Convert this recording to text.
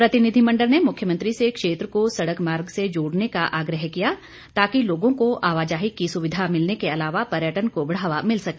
प्रतिनिधिमंडल ने भी मुख्यमंत्री से क्षेत्र को सड़क मार्ग से जोड़ने का आग्रह किया ताकि लोगों को आवाजाही की सुविधा मिलने के अलावा पर्यटन को बढ़ावा मिल सके